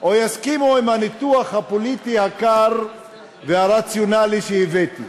או יסכימו לניתוח הפוליטי הקר והרציונלי שהבאתי.